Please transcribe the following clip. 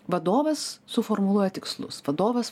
vadovas suformuluoja tikslus vadovas